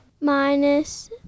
minus